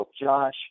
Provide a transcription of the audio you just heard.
Josh